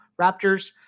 Raptors